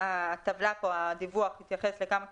הטבלה פה, הדיווח, יתייחס לכמה קטגוריות.